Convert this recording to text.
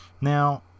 Now